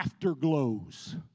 afterglows